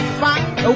fight